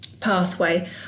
pathway